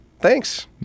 Thanks